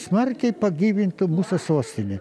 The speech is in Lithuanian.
smarkiai pagyvinti mūsų sostinę